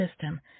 system